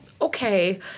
okay